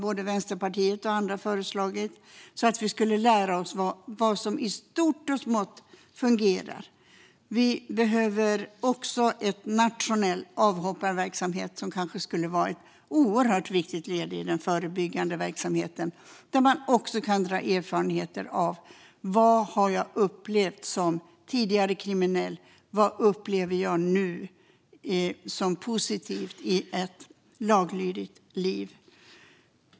Både Vänsterpartiet och andra har också föreslagit haverikommissioner för att vi skulle lära oss vad som fungerar i stort och smått. Vi behöver även en nationell avhopparverksamhet. Det skulle kunna vara ett oerhört viktigt led i den förebyggande verksamheten där man också kunde samla erfarenheter av vad människor har upplevt som tidigare kriminella och vad de upplever nu, i ett laglydigt liv, som är positivt.